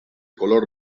color